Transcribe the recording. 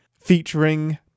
featuring